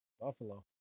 Buffalo